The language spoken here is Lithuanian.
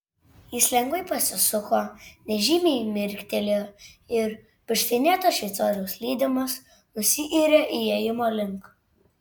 jis lengvai pasisuko nežymiai mirktelėjo ir pirštinėto šveicoriaus lydimas nusiyrė įėjimo link